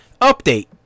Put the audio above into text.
Update